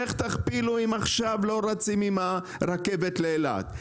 איך תכפילו אם עכשיו לא רצים עם הרכבת לאילת?